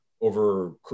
over